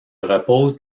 repose